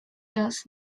jazz